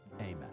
Amen